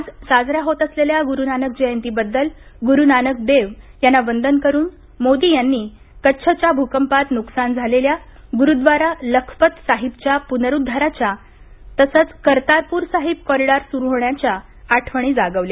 आज साजन्या होत असलेल्या गुरूनानक जयंती बद्दल गुरु नानकदेव यांना वंदन करून मोदी यांनी कच्छच्या भूकंपात नुकसान झालेल्या गुरूद्वारा लखपत साहिबच्या पुनरुद्वाराच्या कर्तारपूर साहिब कॉरिडॉर सुरू होण्याच्या आठवणी जागवल्या